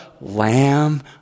lamb